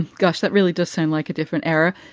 gosh, that really does sound like a different era.